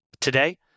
Today